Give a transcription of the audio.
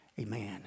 Amen